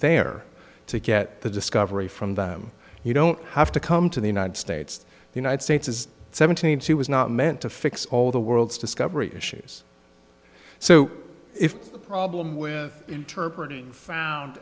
there to get the discovery from them you don't have to come to the united states the united states is seventeen she was not meant to fix all the world's discovery issues so if the problem with interpret